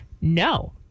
No